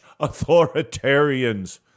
authoritarians